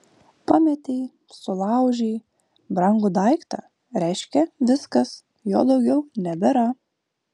pametei sulaužei brangų daiktą reiškia viskas jo daugiau nebėra